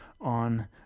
on